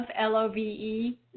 L-O-V-E